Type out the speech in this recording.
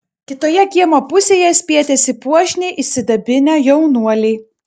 kitoje kiemo pusėje spietėsi puošniai išsidabinę jaunuoliai